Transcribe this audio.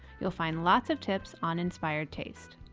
you'll find lots of tips on inspired taste.